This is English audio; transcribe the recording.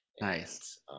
Nice